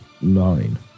nine